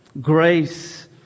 grace